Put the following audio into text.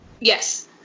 Yes